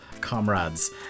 comrades